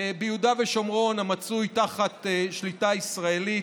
ביהודה ושומרון המצוי תחת שליטה ישראלית.